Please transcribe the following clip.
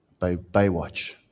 Baywatch